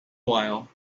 while